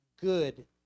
good